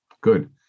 good